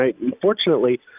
unfortunately